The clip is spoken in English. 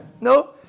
No